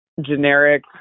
generic